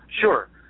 Sure